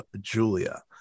Julia